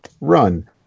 run